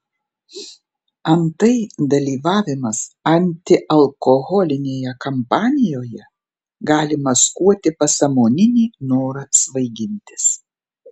antai dalyvavimas antialkoholinėje kampanijoje gali maskuoti pasąmoninį norą svaigintis